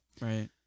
Right